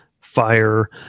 Fire